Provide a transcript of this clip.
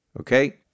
Okay